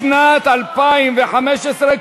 לשנת התקציב 2015,